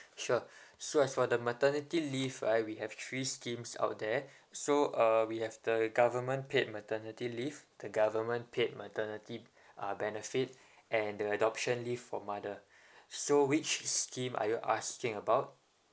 sure so as for the maternity leave right we have three schemes out there so uh we have the government paid maternity leave the government paid maternity uh benefit and the adoption leave for mother so which scheme are you asking about